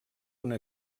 una